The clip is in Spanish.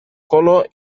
colo